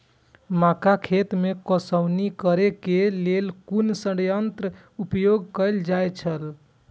मक्का खेत में कमौनी करेय केय लेल कुन संयंत्र उपयोग कैल जाए छल?